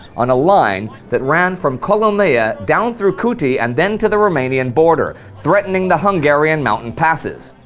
on a line that ran from kolomea, down through kuty and then to the romanian border, threatening the hungarian mountain passes.